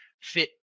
fit